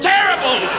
Terrible